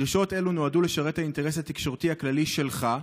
דרישות אלו נועדו לשרת את האינטרס התקשורתי הכללי שלך,